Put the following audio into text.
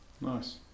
Nice